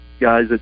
guys